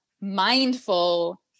mindful